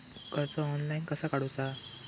कर्ज ऑनलाइन कसा काडूचा?